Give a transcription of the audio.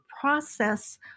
process